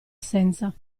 assenza